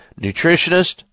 nutritionist